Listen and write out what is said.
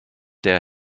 der